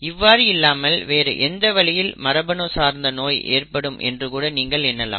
இவ்வாறு இல்லாமல் வேறு எந்த வழியில் மரபணு சார்ந்த நோய் ஏற்படும் என்று கூட நீங்கள் எண்ணலாம்